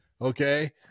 okay